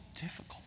difficult